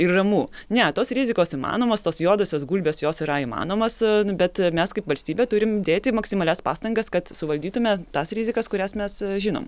ir ramu ne tos rizikos įmanomos tos juodosios gulbės jos yra įmanomas bet mes kaip valstybė turim dėti maksimalias pastangas kad suvaldytume tas rizikas kurias mes žinom